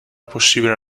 possibile